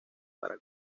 para